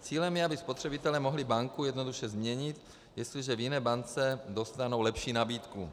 Cílem je, aby spotřebitelé mohli banku jednoduše změnit, jestliže v jiné bance dostanou lepší nabídku.